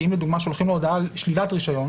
כי אם לדוגמה שולחים לו הודעה על שלילת רישיון